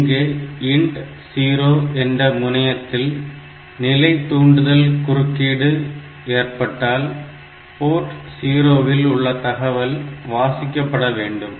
இங்கே INT0 என்ற முனையத்தில் நிலை தூண்டுதல் குறுக்கீடு ஏற்பட்டால் போர்ட் 0 இல் உள்ள தகவல் வாசிக்கப்பட வேண்டும்